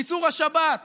ביצור השבת,